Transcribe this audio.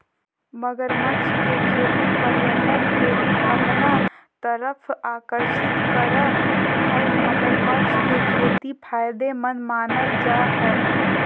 मगरमच्छ के खेती पर्यटक के भी अपना तरफ आकर्षित करअ हई मगरमच्छ के खेती फायदेमंद मानल जा हय